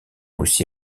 aussi